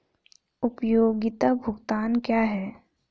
उपयोगिता भुगतान क्या हैं?